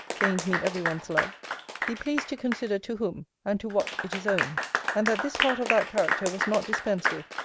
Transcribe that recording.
gained me every one's love be pleased to consider to whom, and to what it is owing and that this part of that character was not dispensed with,